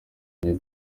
new